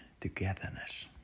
togetherness